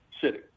city